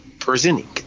presenting